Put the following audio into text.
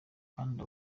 kandi